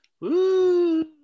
Woo